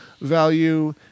value